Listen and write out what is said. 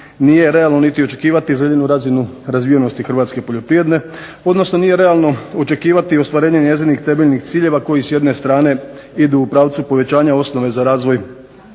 nije realno niti očekivati željenu razinu razvijenosti hrvatske poljoprivrede, odnosno nije realno očekivati ni ostvarenje njezinih temeljnih ciljeva koji s jedne strane idu u pravcu povećanja osnove za razvoj